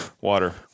water